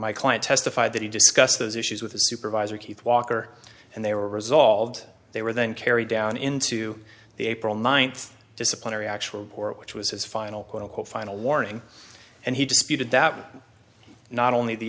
my client testified that he discussed those issues with his supervisor keith walker and they were resolved they were then carried down into the april ninth disciplinary actually which was his final quote unquote final warning and he disputed that not only the